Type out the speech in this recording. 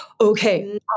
okay